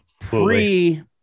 pre